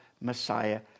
Messiah